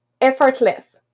effortless